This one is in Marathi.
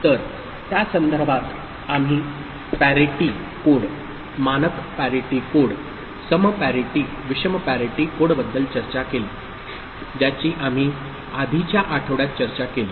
तर त्या संदर्भात आम्ही पॅराटी कोड मानक पॅरिटि कोड सम पॅरिटि विषम पॅरिटि कोडबद्दल चर्चा केली ज्याची आम्ही आधीच्या आठवड्यात चर्चा केली